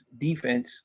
defense